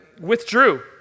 withdrew